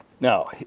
Now